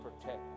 protect